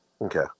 Okay